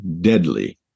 deadly